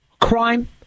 Crime